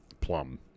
plum